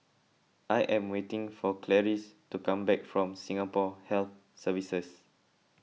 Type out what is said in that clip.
I am waiting for Clarice to come back from Singapore Health Services